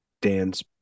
Dan's